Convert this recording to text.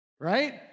Right